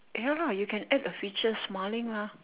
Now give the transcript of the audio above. ya lah you can add the feature smiling lah